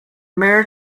mirror